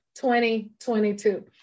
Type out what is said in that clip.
2022